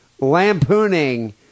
lampooning